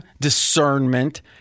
discernment